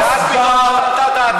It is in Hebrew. ואז פתאום שינית את דעתך?